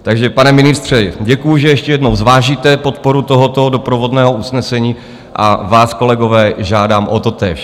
Takže, pane ministře, děkuji, že ještě jednou zvážíte podporu tohoto doprovodného usnesení, a vás, kolegové, žádám o totéž.